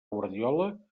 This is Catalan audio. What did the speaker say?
guardiola